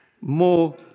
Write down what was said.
More